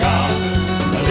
God